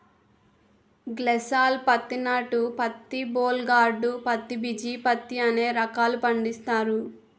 గ్లైసాల్ పత్తి నాటు పత్తి బోల్ గార్డు పత్తి బిజీ పత్తి అనే రకాలు పండిస్తారు